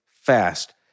fast